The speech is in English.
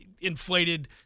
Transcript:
inflated